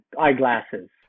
eyeglasses